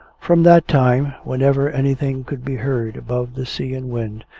from that time, whenever anything could be heard above the sea and wind,